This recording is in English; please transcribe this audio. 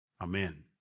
Amen